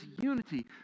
unity